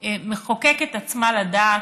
מחוקקת עצמה לדעת.